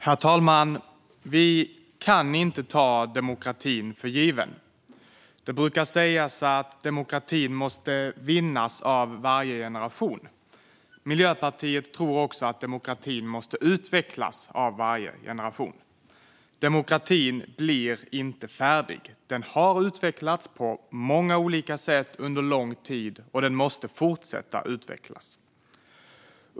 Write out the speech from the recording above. Herr talman! Vi kan inte ta demokratin för given. Det brukar sägas att demokratin måste vinnas av varje generation. Miljöpartiet tror också att demokratin måste utvecklas av varje generation. Demokratin blir inte färdig. Den har utvecklats på många olika sätt under lång tid, och den måste fortsätta utvecklas.